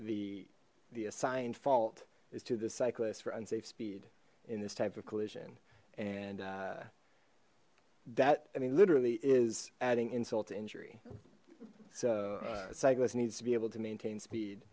the the assigned fault is to the cyclist for unsafe speed in this type of collision and that i mean literally is adding insult to injury so cyclist needs to be able to maintain speed